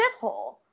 shithole